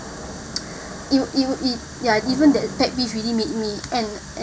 it will it it ya even that pet peeve really make me end end